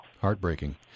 heartbreaking